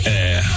air